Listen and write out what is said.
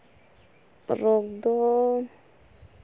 ᱨᱳᱜᱽ ᱫᱚ